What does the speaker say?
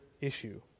issue